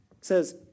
says